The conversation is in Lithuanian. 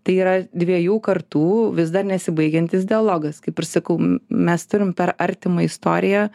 tai yra dviejų kartų vis dar nesibaigiantis dialogas kaip ir sakau mes turim per artimą istoriją